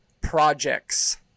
projects